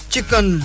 Chicken